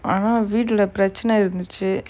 ஆனா வீட்ல பிரச்சின இருந்துச்சு:aana veetla pirachina irunthuchu